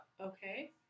Okay